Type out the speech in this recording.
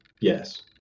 yes